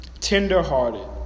tenderhearted